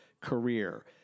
career